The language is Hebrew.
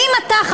האם אתה,